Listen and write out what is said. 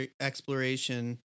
exploration